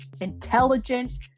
intelligent